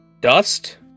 dust